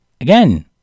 Again